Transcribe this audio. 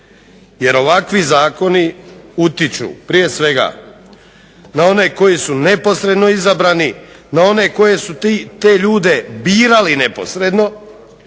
jer ovakvi zakoni utiču prije svega na one koji su neposredno izabrani, na one koji su te ljude birali neposredno